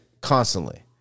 constantly